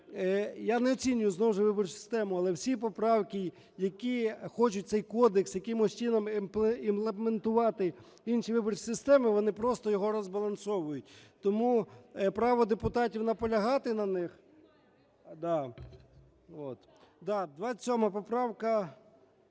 я не оцінюю, знов же, виборчу систему, але всі поправки, які хочуть в цей кодекс якимось чином імплементувати інші виборчі системи, вони просто його розбалансовують. Тому право депутатів – наполягати на них.